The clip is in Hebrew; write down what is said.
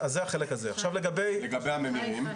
ולגבי הממירים?